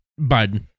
Biden